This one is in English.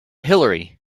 hillary